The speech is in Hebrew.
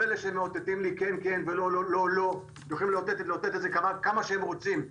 כל אלה שמאותתים לי "כן כן ולא לא" יכולים לאותת את זה כמה שהם רוצים,